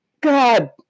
God